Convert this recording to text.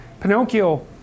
Pinocchio